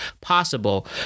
possible